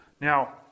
Now